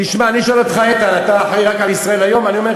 תשמע, אני שואל אותך, איתן.